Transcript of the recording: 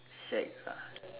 shag ah